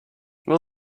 will